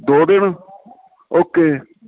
ਦੋ ਦਿਨ ਓਕੇ